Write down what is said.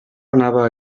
anava